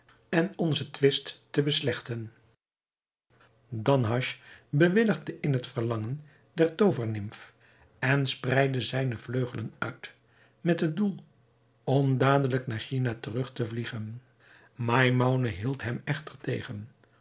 en onzen twist te beslechten danhasch bewilligde in het verlangen der toovernimf en spreidde zijne vleugelen uit met het doel om dadelijk naar china terug te vliegen maimoune hield hem echter tegen